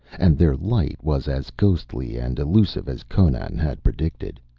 and their light was as ghostly and illusive as conan had predicted.